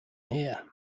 here